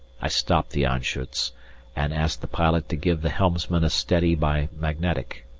i stopped the anschutz and asked the pilot to give the helmsman a steady by magnetic.